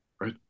right